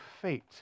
fate